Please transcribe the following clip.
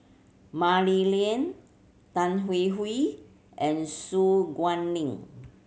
Mah Li Lian Tan Hwee Hwee and Su Guaning